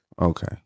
Okay